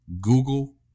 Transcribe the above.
Google